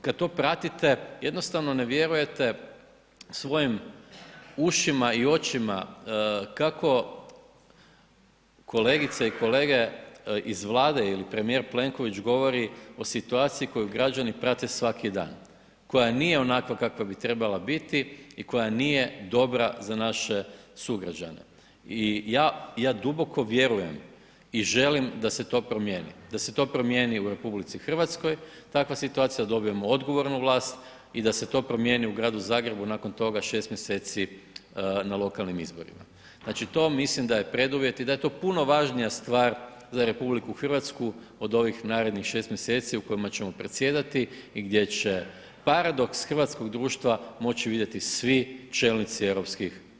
kad to pratite jednostavno ne vjerujete svojim ušima i očima kako kolegice i kolege iz Vlade ili premijer Plenković govori o situaciji koju građani prate svaki dan, koja nije onakva kakva bi trebala biti i koja nije dobra za naše sugrađane i ja, ja duboko vjerujem i želim da se to promijenim, da se to promijeni u RH takva situacija, da dobijemo odgovornu vlast i da se to promijeni u Gradu Zagrebu, nakon toga 6 mjeseci na lokalnim izborima, znači to mislim da je preduvjet i da je to puno važnija stvar za RH od ovih narednih 6 mjeseci u kojima ćemo predsjedati i gdje će paradoks hrvatskog društva moći vidjeti svi čelnici europskih država.